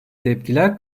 tepkiler